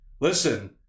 listen